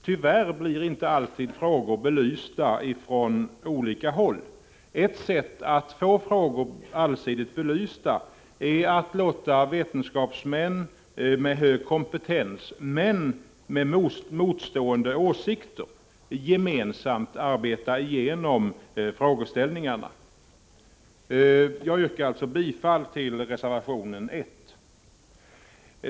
Tyvärr blir inte alltid frågor belysta från olika håll. Ett sätt att få frågor allsidigt belysta är att låta vetenskapsmän med hög kompetens men med motstående åsikter gemensamt arbeta igenom frågeställningarna. Jag yrkar alltså bifall till reservationen 1.